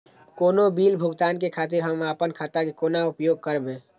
कोनो बील भुगतान के खातिर हम आपन खाता के कोना उपयोग करबै?